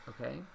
Okay